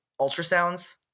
ultrasounds